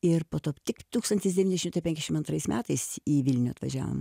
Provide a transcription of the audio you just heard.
ir po to tik tūkstantis devyni šimtai penkiasdešimt antrais metais į vilnių atvažiavom